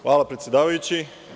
Hvala predsedavajući.